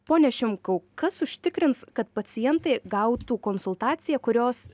pone šimkau kas užtikrins kad pacientai gautų konsultaciją kurios